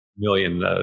Million